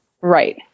Right